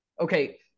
Okay